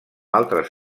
altres